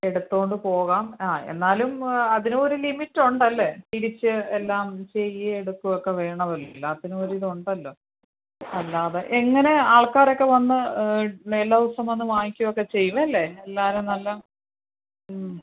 എടുത്ത് കൊണ്ടു പോകാം ആ എന്നാലും അതിനും ഒരു ലിമിറ്റ് ഉണ്ടല്ലേ തിരിച്ച് എല്ലാം ചെയ്യുകയും എടുക്കുകയുമൊക്കെ വേണമല്ലോ എല്ലാത്തിനും ഒരു ഇത് ഉണ്ടല്ലോ അല്ലാതെ എങ്ങനെ ആൾക്കാരൊക്കെ വന്നു എല്ലാ ദിവസവും വന്നു വാങ്ങിക്കുകയൊക്കെ ചെയ്യും അല്ലേ എല്ലാവരും നല്ല